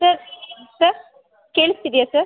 sir sir ಕೇಳಿಸ್ತಿದೇಯಾ sir